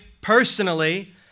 personally